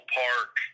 park